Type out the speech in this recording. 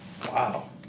Wow